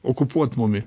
okupuot mumi